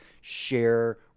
share